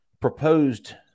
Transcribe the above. proposed